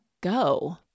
go